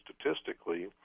statistically